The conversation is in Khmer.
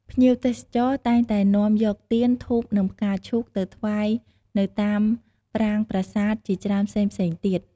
ភ្ញៀវទេសចរតែងតែនាំយកទៀន ធូប និងផ្កាឈូកទៅថ្វាយនៅតាមប្រាង្គប្រាសាទជាច្រើនផ្សេងៗទៀត។